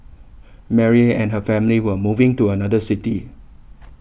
Mary and her family were moving to another city